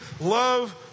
love